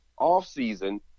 offseason